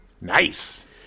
Nice